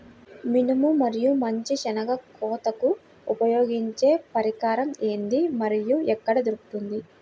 మినుము మరియు మంచి శెనగ కోతకు ఉపయోగించే పరికరం ఏది మరియు ఎక్కడ దొరుకుతుంది?